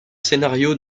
scénario